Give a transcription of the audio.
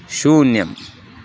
शून्यम्